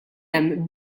hemm